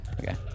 okay